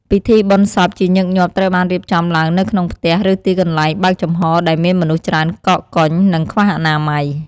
ពិធីបុណ្យសពជាញឹកញាប់ត្រូវបានរៀបចំឡើងនៅក្នុងផ្ទះ ឬទីកន្លែងបើកចំហរ ដែលមានមនុស្សច្រើនកកកុញ និងខ្វះអនាម័យ។